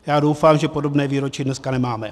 Já doufám, že podobné výročí dneska nemáme.